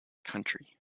country